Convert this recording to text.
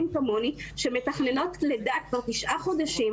כמוני שמתכננות לידה כבר תשעה חודשים,